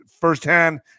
firsthand